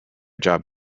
job